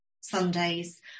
sundays